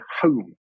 home